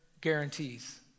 guarantees